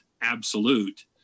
absolute